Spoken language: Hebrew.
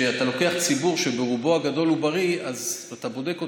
כשאתה לוקח ציבור שברובו הגדול הוא בריא ואתה בודק אותו,